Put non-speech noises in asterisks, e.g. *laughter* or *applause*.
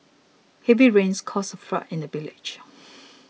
heavy rains caused a flood in the village *noise*